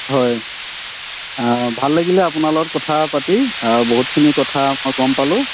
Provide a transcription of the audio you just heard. হয় অঁ ভাল লাগিলে আপোনাৰ লগত কথা পাতি আৰু বহুতখিনি কথা মই গম পালোঁ